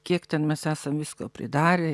kiek ten mes esam visko pridarę